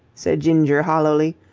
said ginger, hollowly.